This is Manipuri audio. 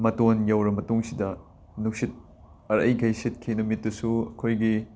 ꯃꯇꯣꯟ ꯌꯧꯔꯕ ꯃꯇꯨꯡꯗꯨꯗ ꯅꯨꯡꯁꯤꯠ ꯑꯔꯣꯏꯈꯩ ꯁꯤꯠꯈꯤ ꯅꯨꯃꯤꯠꯇꯨꯁꯨ ꯑꯩꯈꯣꯏꯒꯤ